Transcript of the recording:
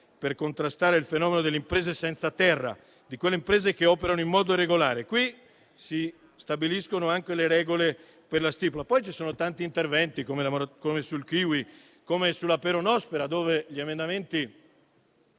per contrastare il fenomeno delle imprese "senza terra", di quelle imprese che operano in modo irregolare. Qui si stabiliscono anche le regole per la stipula. Ci sono poi tanti altri interventi, come quelli sul kiwi e sulla peronospora, dove gli emendamenti